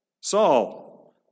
Saul